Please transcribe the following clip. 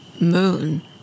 moon